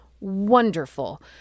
wonderful